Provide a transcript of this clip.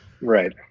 right